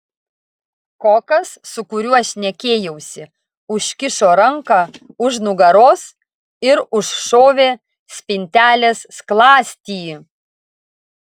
kokas su kuriuo šnekėjausi užkišo ranką už nugaros ir užšovė spintelės skląstį